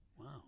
wow